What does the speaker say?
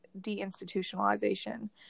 deinstitutionalization